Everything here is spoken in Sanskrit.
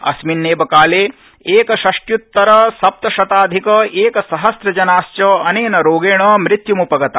अस्मिन्नेव काले एकषष्ट्यूत्तरसप्तशताधिक एकसहस्रजनाश्च अनेन रोगेण मृत्य्मपगता